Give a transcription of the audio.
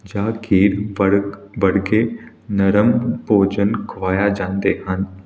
ਜਾਂ ਖੀਰ ਬੜ ਬਣ ਕੇ ਨਰਮ ਭੋਜਨ ਖਵਾਇਆ ਜਾਂਦੇ ਹਨ